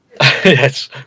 Yes